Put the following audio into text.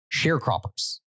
Sharecroppers